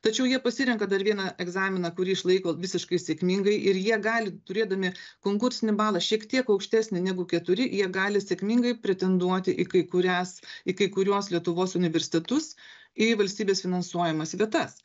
tačiau jie pasirenka dar vieną egzaminą kurį išlaiko visiškai sėkmingai ir jie gali turėdami konkursinį balą šiek tiek aukštesnį negu keturi jie gali sėkmingai pretenduoti į kai kurias į kai kuriuos lietuvos universitetus į valstybės finansuojamas vietas